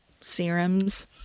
serums